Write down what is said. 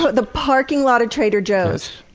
so the parking lot at trader joe's.